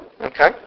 Okay